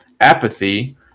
Apathy